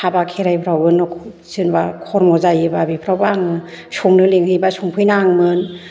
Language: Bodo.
हाबा खेराइफ्रावबो नखर सोरनिबा खर्म' जायोबा बेफ्रावबो आङो संनो लिंहैबा संफैनाङोमोन